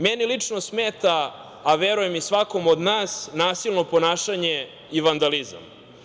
Meni lično smeta, a verujem i svakome od nas nasilno ponašanje i vandalizam.